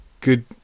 good